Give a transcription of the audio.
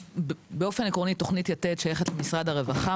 באופן עקרוני תוכנית יתד שייכת למשרד הרווחה,